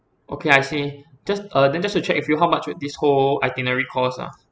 okay I see just uh then just to check with you how much would this whole itinerary cost ah